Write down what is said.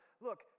Look